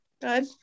good